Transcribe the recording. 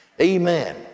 Amen